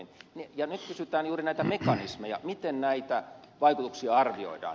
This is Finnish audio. nyt kysytään juuri näitä mekanismeja miten näitä vaikutuksia arvioidaan